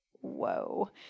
whoa